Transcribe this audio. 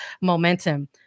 momentum